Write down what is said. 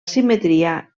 simetria